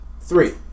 three